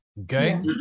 Okay